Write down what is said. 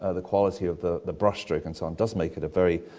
ah the quality of the the brushstroke and so on, does make it a very,